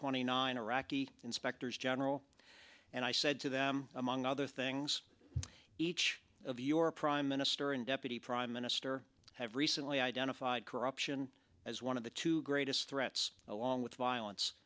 twenty nine iraqi inspectors general and i said to them among other things each of your prime minister and deputy prime minister have recently identified corruption as one of the two greatest threats along with violence